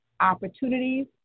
opportunities